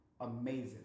Amazing